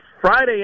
friday